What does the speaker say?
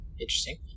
interesting